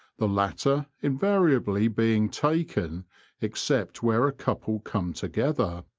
the latter invari ably being taken except where a couple come together.